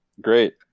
Great